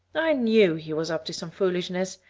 i knew he was up to some foolishness.